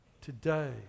Today